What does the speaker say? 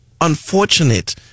unfortunate